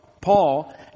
Paul